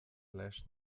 leis